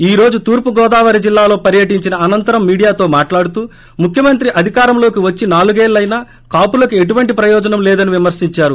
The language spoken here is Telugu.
ఈ రోజు తూర్పు గోదావరి జిల్లలో పర్యటించిన అనంతరం మీడియాతో మాట్లాడుతూ ముఖ్యమంత్రి అధికారంలోకి వచ్చి నాలుగేళ్లయినా కాపులకు ఎటువంటి ప్రయోజనం లేదని విమర్పించారు